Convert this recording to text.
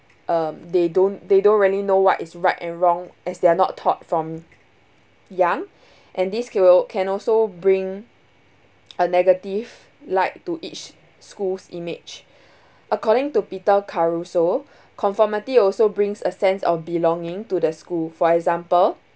um they don't they don't really know what is right and wrong as they are not taught from young and this skill can will can also bring a negative light to each school's image according to peter caruso conformity also brings a sense of belonging to the school for example